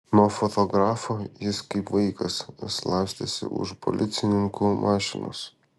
nuo fotografų jis kaip vaikas slapstėsi už policininkų mašinos